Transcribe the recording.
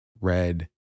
red